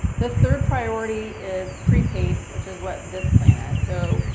the third priority is prepaid, which is what this plan is. so,